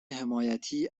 حمایتی